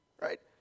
Right